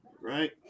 Right